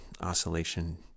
oscillation